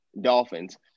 Dolphins